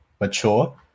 mature